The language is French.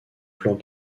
plans